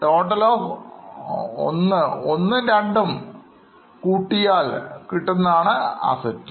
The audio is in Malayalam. Total of 1 plus 2